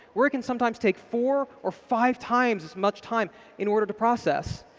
where it can sometimes take four or five times as much time in order to process.